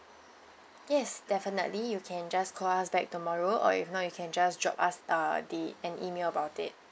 yes definitely you can just call us back tomorrow or if not you can just drop us uh the an email about it